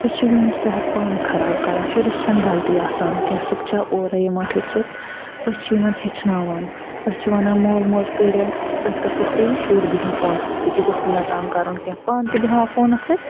أسۍ چھِ یِہُند صحت پانہٕ خراب کران شُرِس چھےٚ نہٕ غلطی آسان کیٚنہہ سُہ چھا اورَے یِوان ہٮ۪چھِتھ أسۍ چھِ یِمَن ہٮ۪چھناوان أسۍ چھِ وَنان مول موج پٮ۪رٮ۪نٹٔس أسۍ گژھو فری شُر بِہِن فونسٕے سۭتۍ یہِ گوٚژھ نہٕ مےٚ تَنگ کرُن کیٚنہہ پانہٕ تہِ بٮ۪ہمَو فونَس سۭتۍ